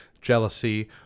jealousy